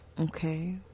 okay